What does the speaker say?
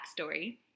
backstory